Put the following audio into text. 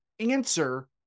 answer